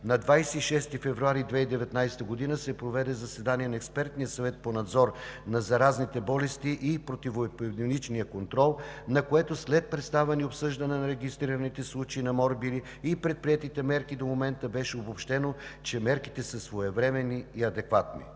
На 26 февруари 2019 г. се проведе заседание на Експертния съвет по надзор на заразните болести и противоепидемиологичния контрол, на което след представяне и обсъждане на регистрираните случаи на морбили и предприетите мерки до момента беше обобщено, че мерките са своевременни и адекватни.